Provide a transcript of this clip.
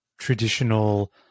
Traditional